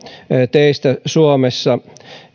teistä suomessa